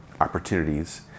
opportunities